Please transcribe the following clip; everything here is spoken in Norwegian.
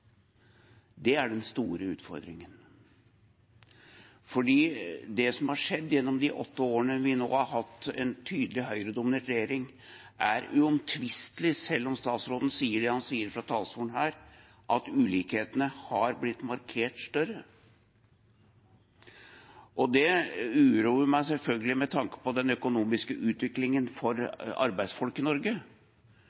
Det er den store utfordringen. Det som har skjedd gjennom de åtte årene vi nå har hatt en tydelig høyredominert regjering, er uomtvistelig – selv om statsråden sier det han sier fra talerstolen her – at ulikhetene har blitt markert større. Det uroer meg selvfølgelig med tanke på den økonomiske utviklingen for